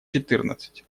четырнадцать